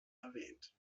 erwähnt